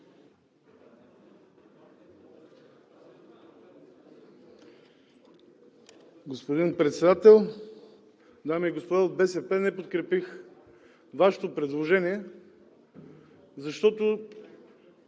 Господин Председател, дами и господа от БСП! Не подкрепих Вашето предложение, защото